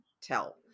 tell